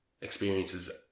experiences